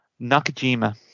Nakajima